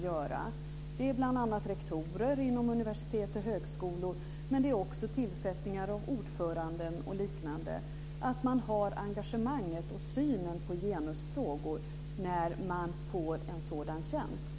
Det gäller bl.a. vid tillsättning av rektorer inom universitet och högskolor, men också vid tillsättningar av ordföranden och liknande, att ha engagemanget för genusfrågor när man får en sådan tjänst.